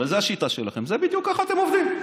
אבל זו השיטה שלכם, זה בדיוק, ככה אתם עובדים.